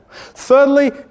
Thirdly